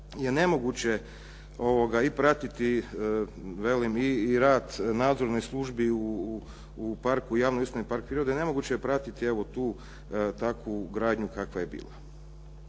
je nemoguće i pratiti i rad nadzorne službe u javnoj ustanovi park prirode, nemoguće je pratiti evo tu takvu gradnju kakva je bila.